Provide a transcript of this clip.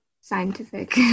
scientific